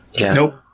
Nope